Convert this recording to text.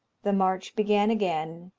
the march began again,